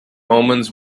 omens